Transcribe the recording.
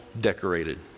decorated